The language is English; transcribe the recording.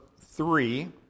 three